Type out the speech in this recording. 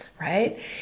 right